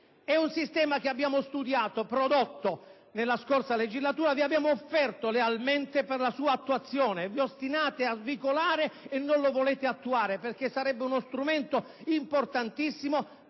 è un sistema che abbiamo studiato e prodotto nella scorsa legislatura e che vi abbiamo offerto lealmente per la sua attuazione. Vi ostinate a svicolare e non lo volete attuare perché sarebbe uno strumento importantissimo